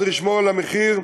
צריך לשמור על המחיר,